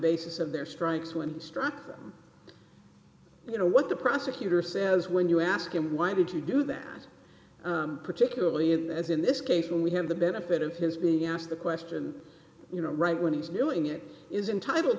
basis of their strikes when he struck you know what the prosecutor says when you ask him why did you do that particularly as in this case when we have the benefit of his being asked the question you know right when he's doing it is entitle